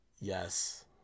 Yes